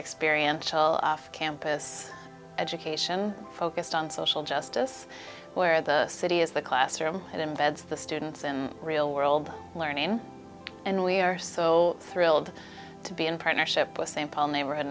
experience campus education focused on social justice where the city is the classroom and embeds the students in real world learning and we are so thrilled to be in partnership with st paul neighborhood